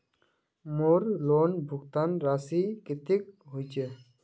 मोर लोन भुगतान राशि कतेक होचए?